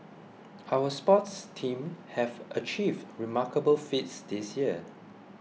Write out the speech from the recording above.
our sports teams have achieved remarkable feats this year